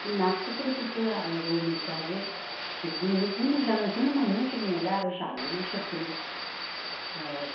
ओइ ना फिथिख्रिफोरखो आरो रौ मिरखायाबो जिखोनो मोनो बिखोनो मोजां मोनो जोंनियालाय आरो जायोनो सबखोनो